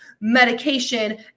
medication